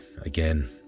again